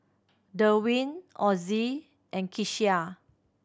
Derwin Ozie and Kecia